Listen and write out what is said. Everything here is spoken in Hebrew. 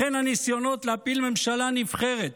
לכן הניסיונות להפיל ממשלה נבחרת